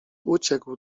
uciekł